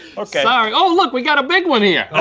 okay. sorry, oh look, we got a big one here.